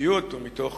בתמציתיות ומתוך